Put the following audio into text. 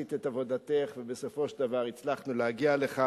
עשית את עבודתך ובסופו של דבר הצלחנו להגיע לכאן.